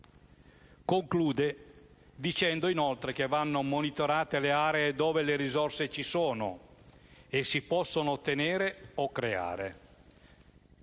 Conclude invitando a monitorare le aree dove le risorse ci sono e si possono ottenere o creare.